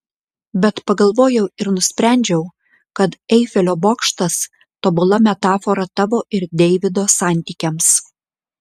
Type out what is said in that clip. bet pagalvojau ir nusprendžiau kad eifelio bokštas tobula metafora tavo ir deivido santykiams